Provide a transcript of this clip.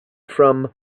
from